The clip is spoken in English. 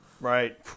right